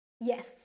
yes